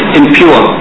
impure